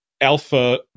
Alpha